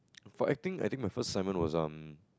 for acting I think my first assignment was um